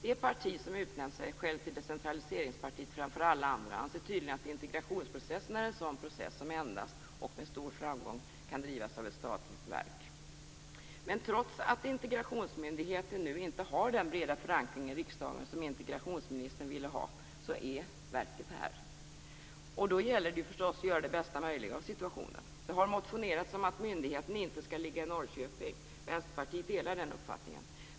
Det parti som utnämnt sig själv till decentraliseringspartiet framför alla andra anser tydligen att integrationsprocessen är en sådan process som endast - och med stor framgång - kan drivas av ett statligt verk. Men trots att integratiosmyndigheten inte har den breda förankring i riksdagen som integrationsministern ville ha, är verket här. Och då gäller det förstås att göra det bästa möjliga av situationen. Det har motionerats om att myndigheten inte skall ligga i Vänsterpartiet delar den uppfattningen.